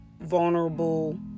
vulnerable